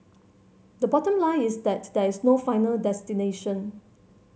the bottom line is that there is no final destination